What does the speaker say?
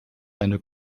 eine